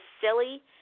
silly